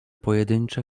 pojedyncze